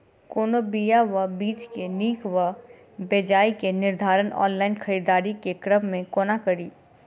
कोनों बीया वा बीज केँ नीक वा बेजाय केँ निर्धारण ऑनलाइन खरीददारी केँ क्रम मे कोना कड़ी?